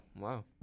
Wow